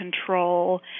control